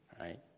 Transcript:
right